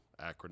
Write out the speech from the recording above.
acronym